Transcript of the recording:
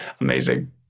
Amazing